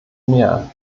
mehr